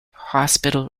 hospital